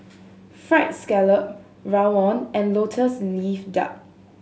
Fried Scallop rawon and Lotus Leaf Duck